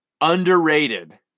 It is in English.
underrated